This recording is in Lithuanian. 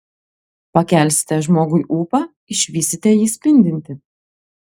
pakelsite žmogui ūpą išvysite jį spindintį